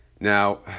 Now